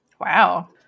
Wow